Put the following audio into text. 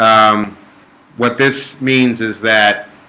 um what this means is that